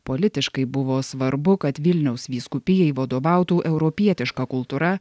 politiškai buvo svarbu kad vilniaus vyskupijai vadovautų europietiška kultūra